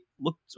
looked